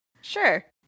sure